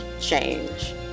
change